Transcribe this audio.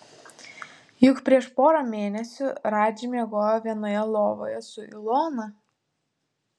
juk prieš porą mėnesių radži miegojo vienoje lovoje su ilona